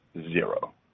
Zero